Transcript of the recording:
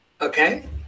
Okay